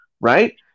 right